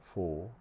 four